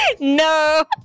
No